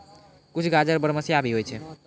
कुछ गाजर बरमसिया भी होय छै